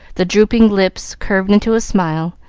the drooping lips curved into a smile,